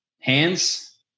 hands